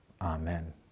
Amen